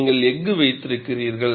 நீங்கள் எஃகு வைத்திருக்கிறீர்கள்